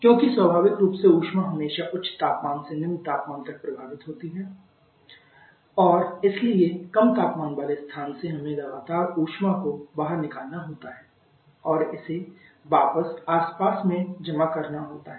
क्योंकि स्वाभाविक रूप से ऊष्मा हमेशा उच्च तापमान से निम्न तापमान तक प्रवाहित होती है और इसलिए कम तापमान वाले स्थान से हमें लगातार ऊष्मा को बाहर निकालना होता है और इसे वापस आसपास में जमा करना होता है